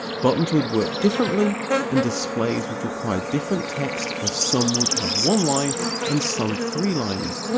buttons would work differently and displays would require different text as some would have one line and some three lines.